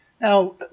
Now